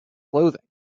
clothing